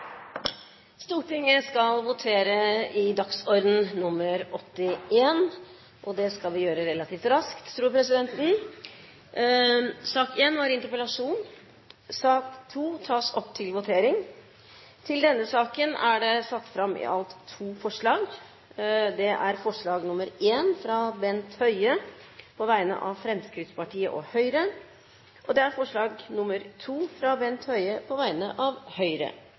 Stortinget skal da votere. I sak nr. 1 foreligger det ikke noe voteringstema. Under debatten er det satt fram to forslag. Det er forslag nr. 1, fra Bent Høie på vegne av Fremskrittspartiet og Høyre forslag nr. 2, fra Bent Høie på vegne av Høyre